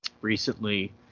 recently